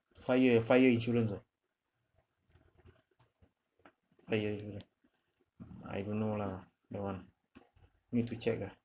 fire fire insurance ah fire I don't know lah that one need to check ah